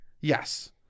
Yes